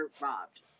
robbed